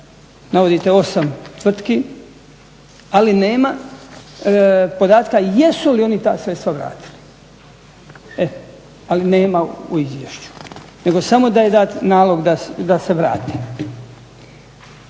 navodite 8 tvrtki, ali nema podatka jesu li oni ta sredstva vratili. Ali nema u izvješću, nego samo da je dat nalog da se vrati.